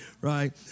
right